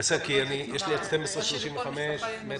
בשעה 12:16.